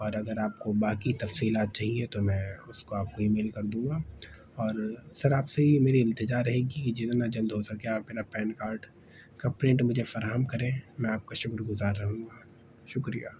اور اگر آپ کو باقی تفصیلات چاہیے تو میں اس کو آپ کو ایمیل کردوں گا اور سر آپ سے یہ میری التجا رہے گی جتنا جلد ہو سکے آپ میرا پین کارڈ کا پرنٹ مجھے فراہم کریں میں آپ کا شکر گزار رہوں گا شکریہ